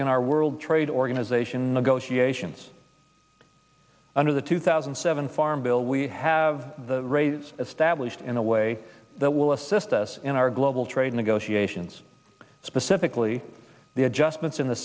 in our world trade organization negotiations under the two thousand and seven farm bill we have raised established in a way that will assist us in our global trade negotiations specifically the adjustments